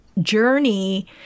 journey